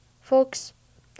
folks